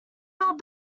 ill